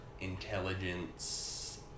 intelligence